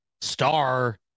star